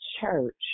church